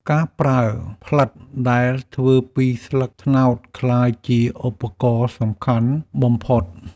ការប្រើផ្លិតដែលធ្វើពីស្លឹកត្នោត ក្លាយជាឧបករណ៍ដ៏សំខាន់បំផុត។